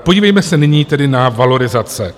Podívejme se nyní tedy na valorizace.